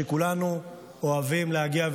שכולנו אוהבים להגיע,